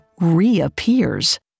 reappears